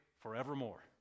forevermore